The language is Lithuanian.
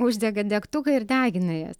uždega degtuką ir degina jas